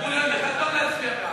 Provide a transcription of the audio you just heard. ההצעה להעביר את הנושא